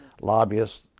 lobbyists